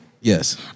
Yes